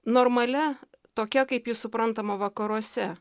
normalia tokia kaip ji suprantama vakaruose